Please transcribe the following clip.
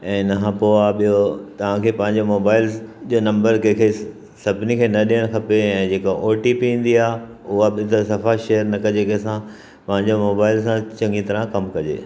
ऐं इन खां पोइ आहे ॿियो तव्हां खे पंहिंजे मोबाइल जो नंबर कंहिंखे सभिनी खे न ॾियण खपे ऐं जेका ओ टी पी ईंदी आहे उहो बि त सफ़ा शेयर न कजे कंहिंसां पंहिंजो मोबाइल सां चङी तरह कमु कजे